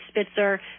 Spitzer